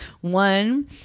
One